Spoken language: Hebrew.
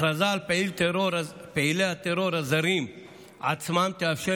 הכרזה על פעילי הטרור הזרים עצמם תאפשר